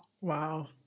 Wow